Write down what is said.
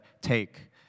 Take